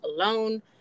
alone